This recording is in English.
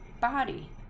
body